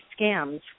scams